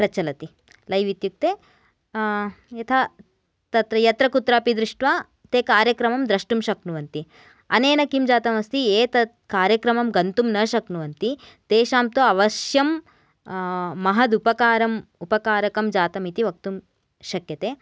प्रचलति लैव् इत्युक्ते यथा तत्र यत्र कुत्रापि दृष्ट्वा ते कार्यक्रमं द्रष्टुं शक्नुवन्ति अनेन किं जातम् अस्ति एतत् कार्यक्रमं गन्तुं न शक्नुवन्ति तेषां तु अवश्यं महदुपकारम् उपकारकं जातम् इति वक्तुं शक्यते